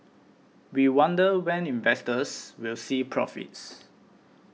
we wonder when investors will see profits